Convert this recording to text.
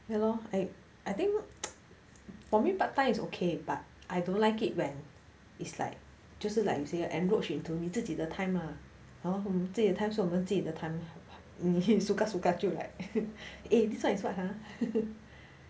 ya lor I I think for me part time is okay but I don't like it when it's like 就是 like you say you encroach into 自己的 time ah hor 自己的 time 是我们自己的 time 你可以 suka suka 就 like eh this one is what ah